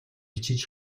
бичиж